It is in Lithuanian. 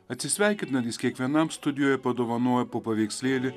atsisveikinant jis kiekvienam studijoje padovanojo po paveikslėlį